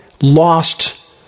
lost